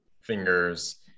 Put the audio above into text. fingers